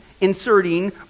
inserting